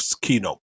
keynote